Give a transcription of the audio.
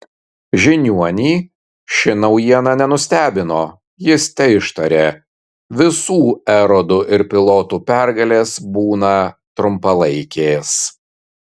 žiniuonį ši naujiena nenustebino jis teištarė visų erodų ir pilotų pergalės būna trumpalaikės